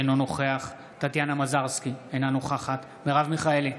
אינו נוכח טטיאנה מזרסקי, אינה נוכחת מרב מיכאלי,